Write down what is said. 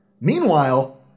Meanwhile